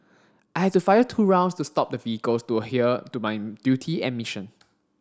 I had to fire two rounds to stop the vehicles to adhere to my duty and mission